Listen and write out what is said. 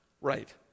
right